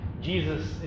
Jesus